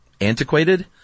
antiquated